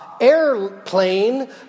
airplane